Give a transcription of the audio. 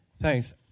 Thanks